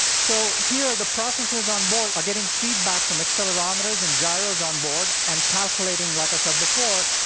so here the processes on board are getting feedback from accelerometers and gyros on board, and calculating, like i said before,